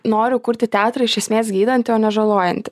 noriu kurti teatrą iš esmės gydantį o ne žalojantį